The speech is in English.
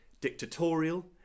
dictatorial